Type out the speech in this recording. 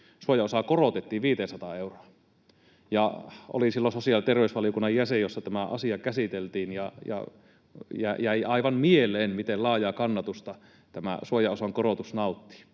suojaosaa korotettiin 500 euroon. Olin silloin sosiaali- ja terveysvaliokunnan jäsen, jossa tämä asia käsiteltiin, ja jäi aivan mieleen, miten laajaa kannatusta tämä suojaosan korotus nautti